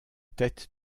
tête